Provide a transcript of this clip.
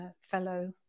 fellow